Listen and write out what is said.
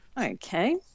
Okay